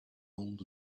old